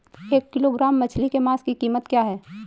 एक किलोग्राम मछली के मांस की कीमत क्या है?